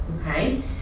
Okay